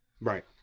Right